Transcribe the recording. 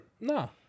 No